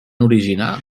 originar